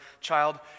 child